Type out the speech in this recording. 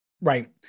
Right